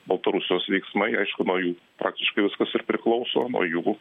baltarusijos veiksmai aišku nuo jų praktiškai viskas ir priklauso nuo jų